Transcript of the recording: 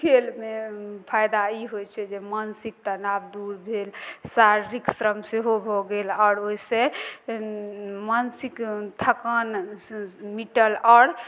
खेलमे फायदा ई होइ छै जे मानसिक तनाव दूर भेल शारीरिक श्रम सेहो भऽ गेल आओर ओइसँ मानसिक थकान मिटल आओर